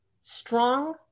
strong